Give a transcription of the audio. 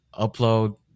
upload